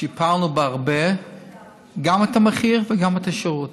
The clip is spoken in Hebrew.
שיפרנו בהרבה גם את המחיר וגם את השירות,